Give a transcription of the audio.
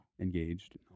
engaged